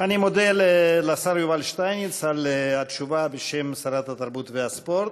אני מודה לשר יובל שטייניץ על התשובה בשם שרת התרבות והספורט.